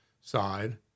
side